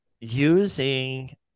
using